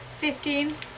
fifteen